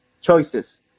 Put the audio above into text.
Choices